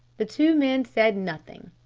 the two men said nothing.